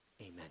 Amen